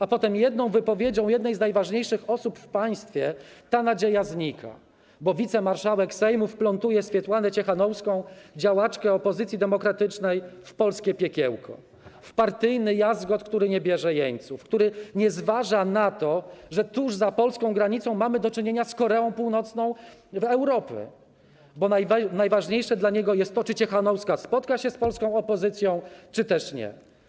A potem jedną wypowiedzią jednej z najważniejszych osób w państwie ta nadzieja znika, bo wicemarszałek Sejmu wplątuje Swiatłanę Cichanouską, działaczkę opozycji demokratycznej, w polskie piekiełko, w partyjny jazgot, który nie bierze jeńców, który nie zważa na to, że tuż za polską granicą mamy do czynienia z Koreą Północną Europy, bo najważniejsze dla niego jest to, czy Cichanouska spotka się z polską opozycją, czy też nie.